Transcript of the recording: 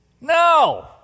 No